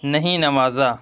نہیں نوازا